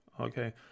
Okay